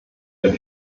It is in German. der